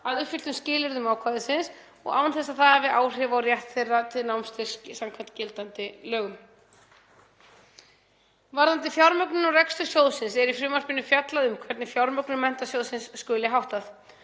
að uppfylltum skilyrðum ákvæðisins og án þess að það hafi áhrif á rétt þeirra til námsstyrks samkvæmt gildandi lögum. Varðandi fjármögnun og rekstur Menntasjóðs námsmanna er í frumvarpinu fjallað um hvernig fjármögnun sjóðsins skuli háttað.